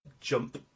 jump